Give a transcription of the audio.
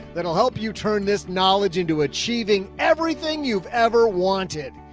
that'll help you turn this knowledge into achieving everything you've ever wanted.